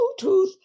Bluetooth